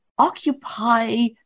occupy